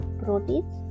proteins